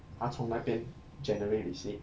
她从那边 generate receipt